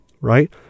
right